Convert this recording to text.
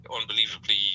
unbelievably